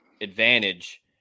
advantage